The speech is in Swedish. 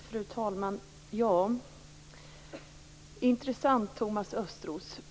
Fru talman! Intressant, Thomas Östros!